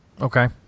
Okay